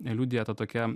liudija ta tokia